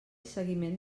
seguiment